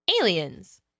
aliens